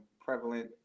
prevalent